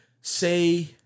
say